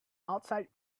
outside